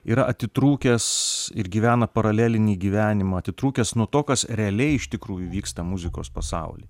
yra atitrūkęs ir gyvena paralelinį gyvenimą atitrūkęs nuo to kas realiai iš tikrųjų vyksta muzikos pasauly